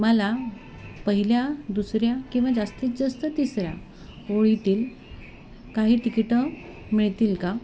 मला पहिल्या दुसऱ्या किंवा जास्तीत जास्त तिसऱ्या ओळीतील काही तिकिटं मिळतील का